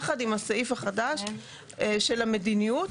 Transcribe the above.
יחד עם הסעיף החדש של המדיניות,